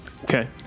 okay